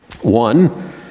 One